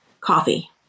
coffee